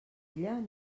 ella